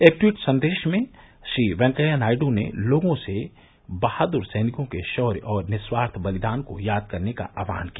एक ट्वीट संदेश में श्री वैंकेयानायडु ने लोगों से बहादुर सैनिकों के शौर्य और निःस्वार्थ बलिदान को याद रखने का आह्वान किया